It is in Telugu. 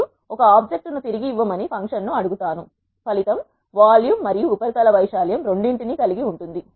మరియు ఒక ఆబ్జెక్ట్ ను తిరిగి ఇవ్వమని ఫంక్షన్ను అడుగుతాను ఫలితం వాల్యూమ్ మరియు ఉపరి తల వైశాల్యం రెండింటినీ కలిగి ఉంటుంది